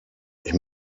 ich